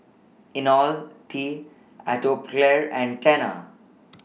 Ionil T Atopiclair and Tena